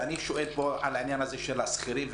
ואני שואל פה על העניין הזה של השכירים,